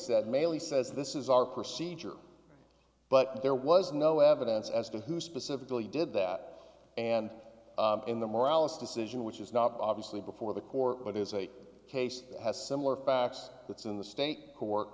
said maly says this is our procedure but there was no evidence as to who specifically did that and in the morales decision which is not obviously before the court but is a case that has similar facts that's in the state who work